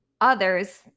Others